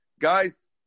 Guys